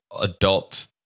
adult